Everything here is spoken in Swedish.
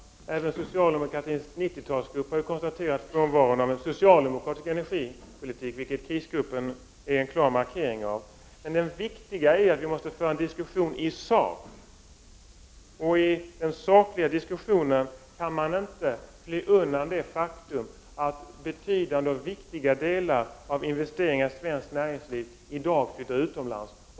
Även socialdemokratins 90-talsgrupp har ju konstaterat frånvaron av en socialdemokratisk energipolitik, vilket krisgruppen är en klar markering av. Det viktiga är att vi måste föra en diskussion i sak, och i den sakliga diskussionen kan man inte fly undan det faktum att betydande delar av investeringarna för svenskt näringsliv i dag flyttas utomlands.